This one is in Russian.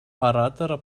оратора